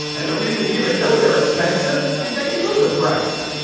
and the reason even know they're expensive is that you know the price.